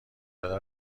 داده